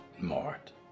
Mort